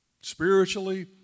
Spiritually